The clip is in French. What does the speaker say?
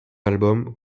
album